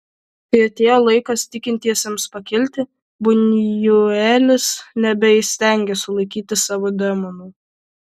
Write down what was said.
kai atėjo laikas tikintiesiems pakilti bunjuelis nebeįstengė sulaikyti savo demonų